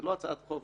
זה לא הצעת חוק,